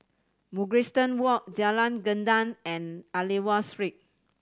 Mugliston Walk Jalan Gendang and Aliwal Street